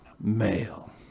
male